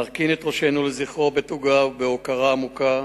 נרכין את ראשינו לזכרו בתוגה ובהוקרה עמוקה,